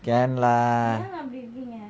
can lah